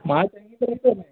मां चङी तरह थो हलाया